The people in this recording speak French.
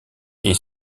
est